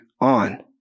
on